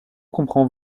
comprend